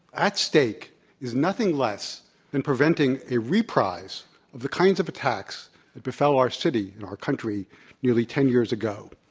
at stake is nothing less than preventing a reprise of the kinds of attacks that befell our city and our country nearly ten years ago.